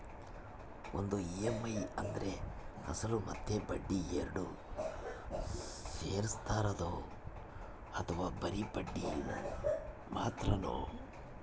ಒಂದು ಇ.ಎಮ್.ಐ ಅಂದ್ರೆ ಅಸಲು ಮತ್ತೆ ಬಡ್ಡಿ ಎರಡು ಸೇರಿರ್ತದೋ ಅಥವಾ ಬರಿ ಬಡ್ಡಿ ಮಾತ್ರನೋ?